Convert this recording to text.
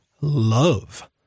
love